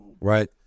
right